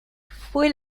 fue